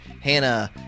Hannah